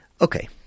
Okay